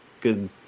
good